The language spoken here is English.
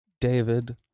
David